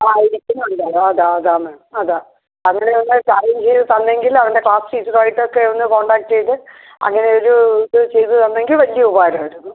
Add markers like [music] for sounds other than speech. ആ ഇരിക്കുന്നുണ്ട് ഇതാ അതാ അതാന്ന് അതാ അവന് ഒന്ന് [unintelligible] ലീവ് തന്നെങ്കിൽ അവൻ്റെ ക്ലാസ് ടീച്ചറും ആയിട്ടൊക്കെ ഒന്ന് കോൺടാക്ററ് ചെയ്ത് അങ്ങനെ ഒരു ഇത് ചെയ്ത് തന്നെങ്കിൽ വലിയ ഉപകാരം ആയിരുന്നു